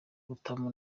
rutamu